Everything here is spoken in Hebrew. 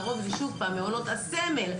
לרוב זה למעונות הסמל,